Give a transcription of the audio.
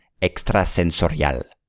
extrasensorial